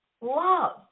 love